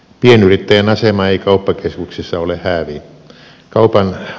pienyrittäjän asema ei kauppakeskuksessa ole häävi